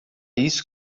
isso